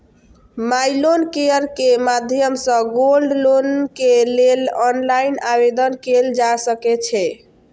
माइ Loan Care के माध्यम सं गोल्ड लोन के लेल ऑनलाइन आवेदन कैल जा सकै छै